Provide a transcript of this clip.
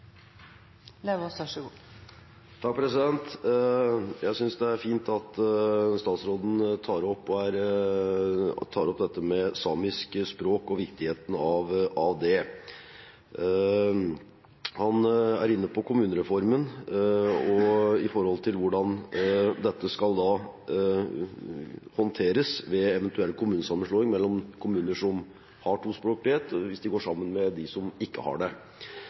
fint at statsråden tar opp dette med samisk språk og viktigheten av det. Han er inne på kommunereformen med tanke på hvordan dette skal håndteres ved en eventuell kommunesammenslåing der kommuner som har tospråklighet, går sammen med kommuner som ikke har det.